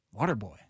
Waterboy